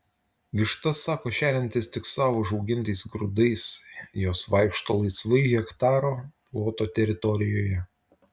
vištas sako šeriantis tik savo užaugintais grūdais jos vaikšto laisvai hektaro ploto teritorijoje